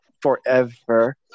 forever